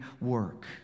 work